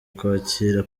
kwakira